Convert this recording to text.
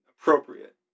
Appropriate